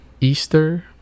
Easter